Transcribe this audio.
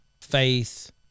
faith